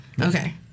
Okay